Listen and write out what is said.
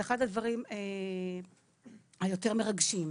זה אחד הדברים היותר מרגשים.